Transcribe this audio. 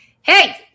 Hey